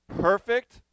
perfect